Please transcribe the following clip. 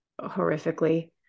horrifically